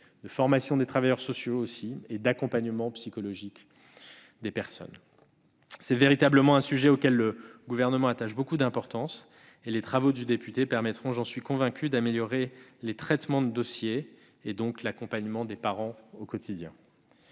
de formation des travailleurs sociaux et d'accompagnement psychologique. C'est véritablement un sujet auquel le Gouvernement attache beaucoup d'importance. Les travaux de M. Christophe permettront, j'en suis convaincu, d'améliorer le traitement des dossiers et, par conséquent, l'accompagnement des parents au quotidien.